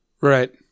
Right